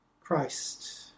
Christ